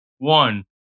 One